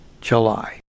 July